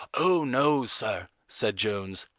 oh, no, sir, said jones,